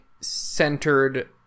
centered